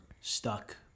stuck